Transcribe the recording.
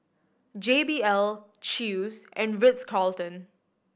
J B L Chew's and Ritz Carlton